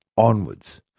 onwards.